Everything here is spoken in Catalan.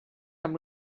amb